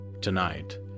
tonight